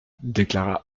déclara